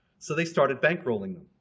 so they started bankrolling them.